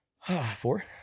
four